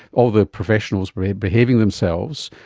all the professionals were behaving themselves.